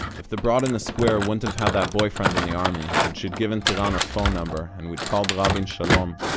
if the broad in the square wouldn't have had that boyfriend in the army and she'd given tiran her phone number and we'd called rabin shalom,